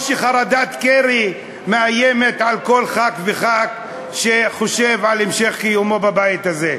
או שחרדת קרי מאיימת על כל ח"כ וח"כ שחושב על המשך קיומו בבית הזה.